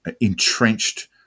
entrenched